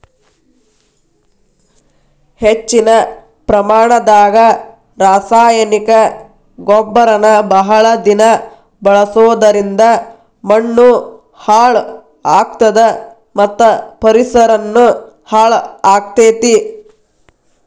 ಹೆಚ್ಚಿನ ಪ್ರಮಾಣದಾಗ ರಾಸಾಯನಿಕ ಗೊಬ್ಬರನ ಬಹಳ ದಿನ ಬಳಸೋದರಿಂದ ಮಣ್ಣೂ ಹಾಳ್ ಆಗ್ತದ ಮತ್ತ ಪರಿಸರನು ಹಾಳ್ ಆಗ್ತೇತಿ